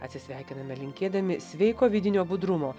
atsisveikiname linkėdami sveiko vidinio budrumo